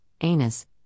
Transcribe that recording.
anus